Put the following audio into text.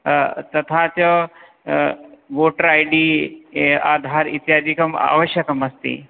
तथा च voter I D Aadhaar इत्यादिकम् आवश्यकम् अस्ति